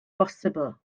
bosibl